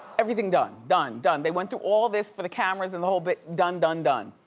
everything done, done, done. they went through all this for the cameras and the whole bit. done, done, done.